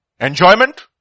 enjoyment